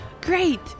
Great